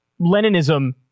Leninism